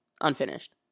unfinished